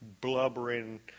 blubbering